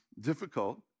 difficult